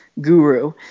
guru